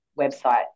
website